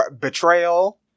betrayal